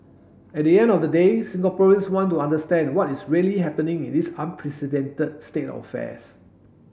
at the end of the day Singaporeans want to understand what is really happening in this unprecedented state of affairs